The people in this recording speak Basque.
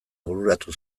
bururatu